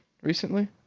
recently